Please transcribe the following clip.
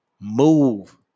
move